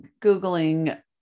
Googling